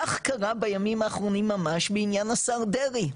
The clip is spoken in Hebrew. כך קרה בימים האחרונים ממש בעניין השר דרעי,